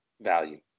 value